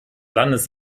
landes